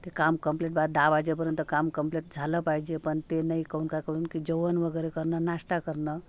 ते काम कम्प्लीट बा दहा वाजेपर्यंत काम कम्प्लीट झालं पाहिजे पण ते नाही काहून का काहून की जेवण वगैरे करणं नाश्ता करणं